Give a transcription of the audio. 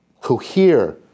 cohere